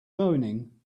moaning